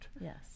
Yes